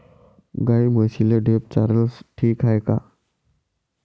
गाई म्हशीले ढेप चारनं ठीक हाये का?